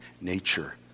nature